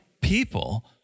people